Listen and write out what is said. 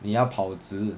你要跑直